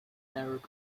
arab